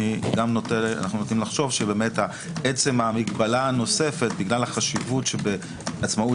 אנו גם נוטים לחשוב שעצם המגבלה הנוספת בגלל החשיבות בעצמאות